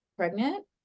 Pregnant